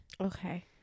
Okay